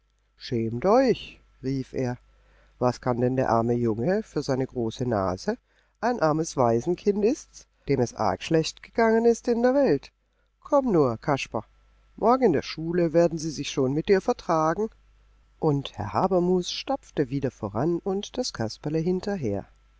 schämt euch rief er was kann der arme junge für seine große nase ein armes waisenkind ist's dem es arg schlecht gegangen ist in der welt komm nur kasper morgen in der schule werden sie sich schon mit dir vertragen und herr habermus stapfte wieder voran und das kasperle hinterher